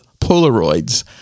Polaroids